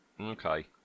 Okay